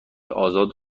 آزاد